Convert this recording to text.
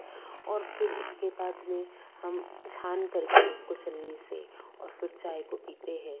और फिर उसके बाद में हम छान करके उसको छलनी से और फिर चाय को पीते हैं